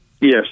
Yes